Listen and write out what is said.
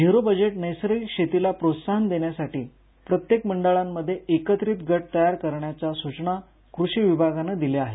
zero budget नैसर्गिक शेतीला प्रोत्साहन देण्यासाठी प्रत्येक मंडळामध्ये एकत्रित गट तयार करण्याच्या सुचना कृषी विभागानं दिल्या आहेत